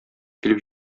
килеп